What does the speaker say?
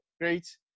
great